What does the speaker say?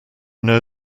know